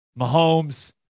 Mahomes